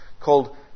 called